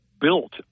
built